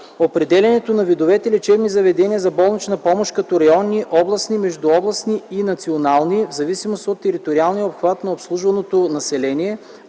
определянето на видовете лечебни заведения за болнична помощ като районни, областни, междуобластни и национални в зависимост от териториалния обхват на обслужваното население,